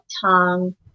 tongue